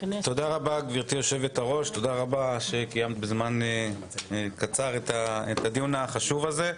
תודה רבה, גברתי היושבת-ראש, על הדיון החשוב הזה.